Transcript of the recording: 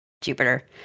Jupiter